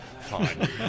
Fine